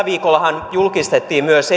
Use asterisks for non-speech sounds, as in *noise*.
*unintelligible* viikollahan julkistettiin myös *unintelligible*